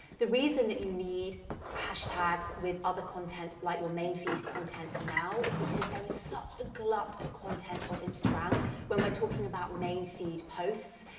the reason that you need hashtags with other content, like your main feed content now is because there is such a glut of content on instagram when we're talking about main feed posts,